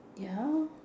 ya